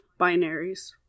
binaries